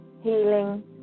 healing